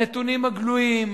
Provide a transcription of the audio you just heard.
הנתונים הגלויים,